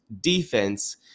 defense